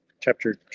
chapter